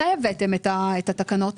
מתי הבאתם את התקנות?